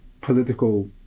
political